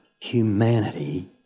humanity